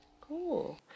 cool